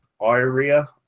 IRIA